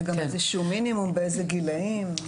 וגם איזשהו מינימום באיזה גילאים.